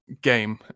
game